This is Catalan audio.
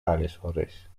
aleshores